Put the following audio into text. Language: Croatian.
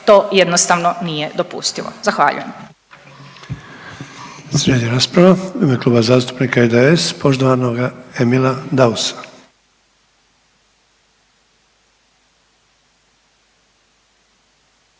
To jednostavno nije dopustivo. Zahvaljujem.